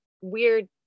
Weird